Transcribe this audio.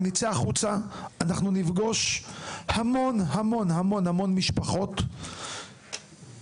אם נצא החוצה אנחנו נפגוש המון משפחות של